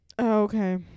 Okay